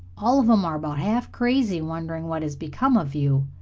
all of em are about half crazy, wondering what has become of you.